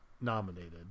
nominated